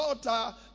daughter